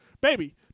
baby